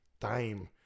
time